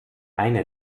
eine